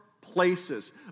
places